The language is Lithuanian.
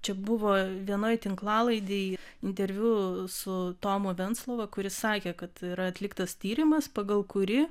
čia buvo vienoj tinklalaidėj interviu su tomu venclova kuris sakė kad yra atliktas tyrimas pagal kurį